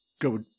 go